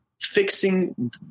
fixing